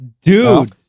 Dude